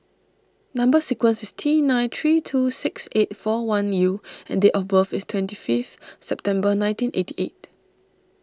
Number Sequence is T nine three two six eight four one U and date of birth is twenty fifth September nineteen eighty eight